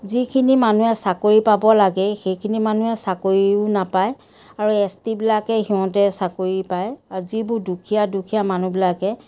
যিখিনি মানুহে চাকৰি পাব লাগে সেইখিনি মানুহে চাকৰিও নাপায় আৰু এচ টিবিলাকে সিহঁতে চাকৰি পায় আৰু যিবোৰ দুখীয়া দুখীয়া মানুহবিলাকে